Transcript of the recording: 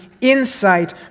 insight